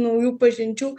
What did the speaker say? naujų pažinčių